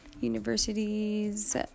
universities